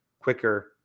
quicker